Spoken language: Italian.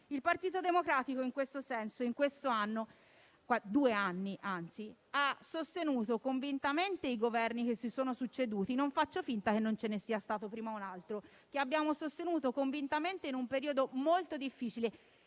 strumentalizzazione. In questo senso, in questi due anni il Partito Democratico ha sostenuto convintamente i Governi che si sono succeduti. Non faccio finta che non ce ne sia stato prima un altro, che abbiamo sostenuto convintamente in un periodo molto difficile.